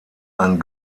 einen